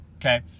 Okay